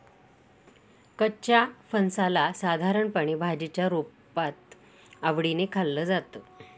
कच्च्या फणसाला साधारणपणे भाजीच्या रुपात आवडीने खाल्लं जातं